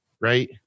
right